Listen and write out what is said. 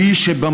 / אלי שבמרומים,